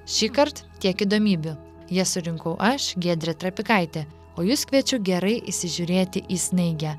šįkart tiek įdomybių jas surinkau aš giedrė trapikaitė o jus kviečiu gerai įsižiūrėti į snaigę